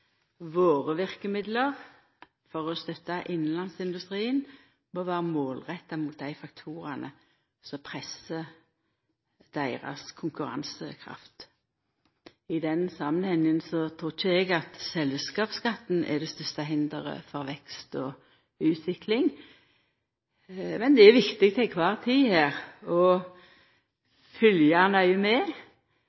Våre verkemiddel for å støtta innanlandsindustrien må vera målretta mot dei faktorane som pressar deira konkurransekraft. I den samanhengen trur ikkje eg at selskapsskatten er det største hinderet for vekst og utvikling, men det er viktig til kvar tid